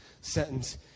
sentence